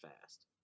fast